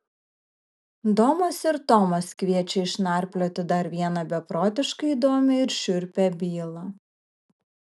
domas ir tomas kviečia išnarplioti dar vieną beprotiškai įdomią ir šiurpią bylą